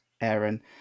Aaron